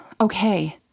Okay